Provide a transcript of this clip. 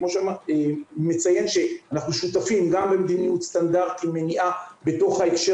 נציין שאנחנו שותפים גם במדיניות סטנדרטים ומניעה בתוך ההקשר